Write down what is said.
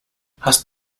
hast